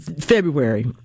February